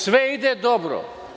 Sve ide dobro.